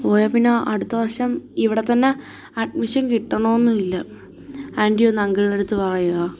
പോയാല്പ്പിന്നെ അടുത്ത വർഷം ഇവിടെത്തന്നെ അഡ്മിഷൻ കിട്ടണമെന്നുമില്ല ആൻറ്റിയൊന്നങ്കിളിന്റടുത്ത് പറയുമോ